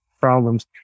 problems